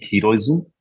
heroism